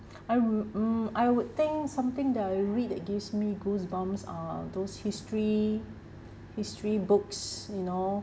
I would mm I would think something that I read that gives me goosebumps are those history history books you know